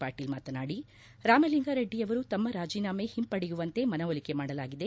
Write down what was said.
ಪಾಟೀಲ್ ಮಾತನಾಡಿ ರಾಮಲಿಂಗಾರೆಡ್ಡಿಯವರು ತಮ್ಮ ರಾಜೀನಾಮೆ ಹಿಂಪಡೆಯುವಂತೆ ಮನವೊಲಿಕೆ ಮಾಡಲಾಗಿದೆ